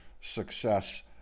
success